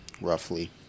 roughly